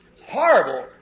horrible